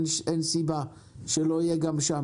אין סיבה שלא יהיה גם שם.